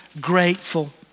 grateful